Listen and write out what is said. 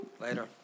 Later